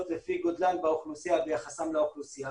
לפי גודלן באוכלוסייה ויחסן לאוכלוסייה